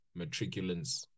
matriculants